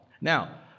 Now